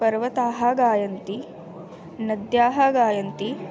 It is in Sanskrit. पर्वताः गायन्ति नद्याः गायन्ति